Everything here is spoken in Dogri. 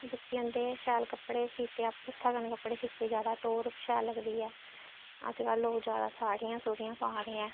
बची जंदे शैल कपड़े सीते अपने हत्था कन्नै कपड़े सीते जैदा टौह्र शैल लगदी ऐ अज्जकल लोक जैदा साड़ियां सुड़ियां पा दे ऐ